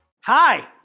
Hi